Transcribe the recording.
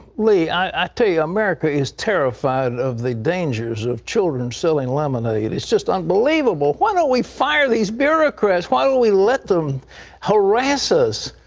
lee, i tell you, america is terrified of the dangers of children selling lemonade. it's just unbelievable! why don't we fire these bureaucrats? why do we let them harass us?